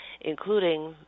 including